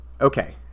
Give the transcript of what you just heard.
Okay